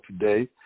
today